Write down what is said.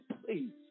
please